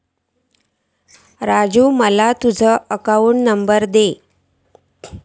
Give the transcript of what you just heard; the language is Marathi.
राजू माका तुझ अकाउंट नंबर दी